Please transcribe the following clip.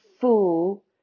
full